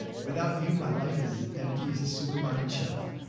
without you. my life is empty as a supermarket shelf.